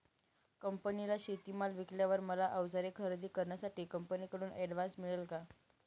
कंपनीला शेतीमाल विकल्यावर मला औजारे खरेदी करण्यासाठी कंपनीकडून ऍडव्हान्स मिळेल का?